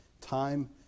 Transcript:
time